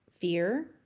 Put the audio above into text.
fear